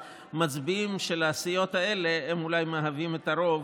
המצביעים של הסיעות האלה הם אולי מהווים את הרוב